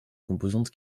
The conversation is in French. composante